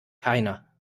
keiner